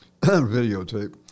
videotape